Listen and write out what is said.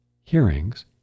hearings